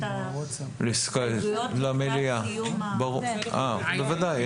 ההסתייגויות לקראת סיום --- בוודאי,